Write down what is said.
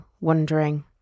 wondering